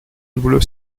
double